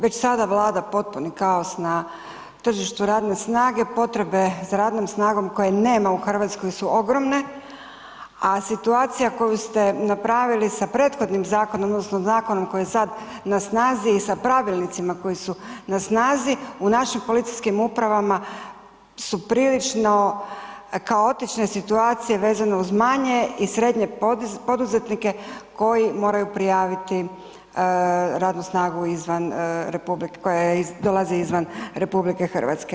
Već sada vlada potpuni kaos na tržištu radne snage, potrebe za radnom snagom koje nema u Hrvatskoj su ogromne, a situacija koju ste napravili sa prethodnim zakonom odnosno zakonom koji je sad na snazi i sa pravilnicima koji su na snazi u našim policijskim upravama su prilično kaotične situacije vezano uz manje i srednje poduzetnike koji moraju prijaviti radnu snagu koja dolazi izvan RH.